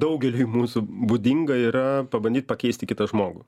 daugeliui mūsų būdinga yra pabandyt pakeisti kitą žmogų